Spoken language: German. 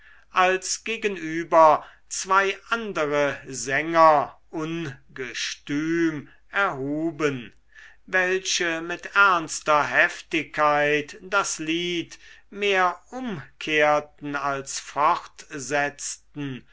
als gegenüber sich zwei andere sänger ungestüm erhuben welche mit ernster heftigkeit das lied mehr umkehrten als